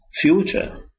future